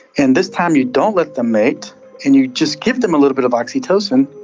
and this time you don't let them mate and you just give them a little bit of oxytocin,